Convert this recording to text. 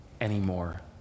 anymore